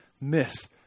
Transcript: miss